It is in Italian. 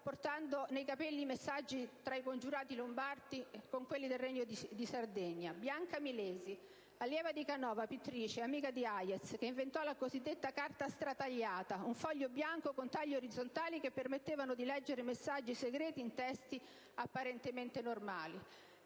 portava tra i capelli i messaggi che i congiurati lombardi si scambiavano con quelli del Regno di Sardegna; Bianca Milesi, allieva di Canova, pittrice amica di Hayez, che inventò la cosiddetta carta stratagliata, un foglio bianco con tagli orizzontali che permettevano di leggere messaggi segreti in testi apparentemente normali;